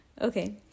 okay